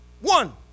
one